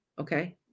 Okay